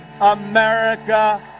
America